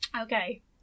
Okay